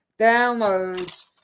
downloads